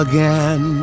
Again